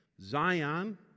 Zion